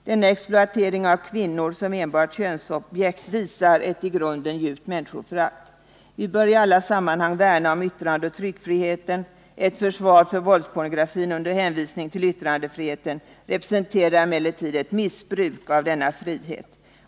Denna exploatering av kvinnor som enbart könsobjekt visar ett i grunden djupt människoförakt. Vi bör i alla sammanhang värna om yttrandeoch tryckfriheten. Ett försvar för våldspornografin under hänvisning till yttrandefriheten representerar emellertid ett missbruk av denna frihet.